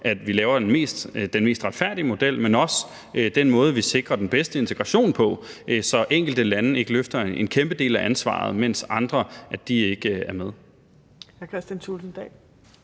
vi laver den mest retfærdige model, men det er også den måde, vi sikrer den bedste integration på, så enkelte lande ikke løfter en kæmpe del af ansvaret, mens andre ikke er med.